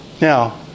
Now